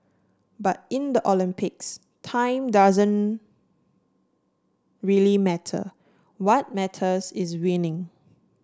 but in the Olympics time doesn't really matter what matters is winning